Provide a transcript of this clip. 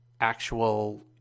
actual